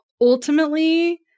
ultimately